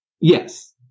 Yes